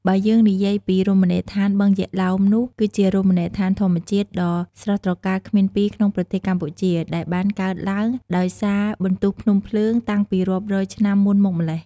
បើយើងនិយាយពីរមណីយដ្ឋានបឹងយក្សឡោមនោះគឺជារមណីយដ្ឋានធម្មជាតិ ដ៏ស្រស់ត្រកាលគ្មានពីរក្នុងប្រទេសកម្ពុជាដែលបានកើតឡើងដោយសារបន្ទុះភ្នំភ្លើងតាំងពីរាប់រយឆ្នាំមុនមកម៉េ្លះ។